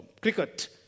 cricket